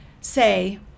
say